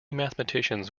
mathematicians